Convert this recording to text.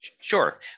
Sure